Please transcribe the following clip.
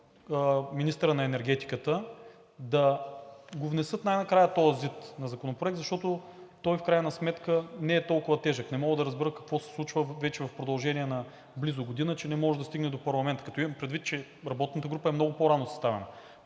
министъра на енергетиката да внесат най-накрая този ЗИД на Закона, защото той в крайна сметка не е толкова тежък. Не мога да разбера какво се случва вече в продължение на близо година, че не може да стигне до парламента. Като имам предвид, че работната група е много по-рано съставена.